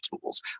tools